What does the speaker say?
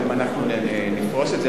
אבל אם אנחנו נפרוס את זה,